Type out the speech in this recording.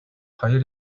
хоёр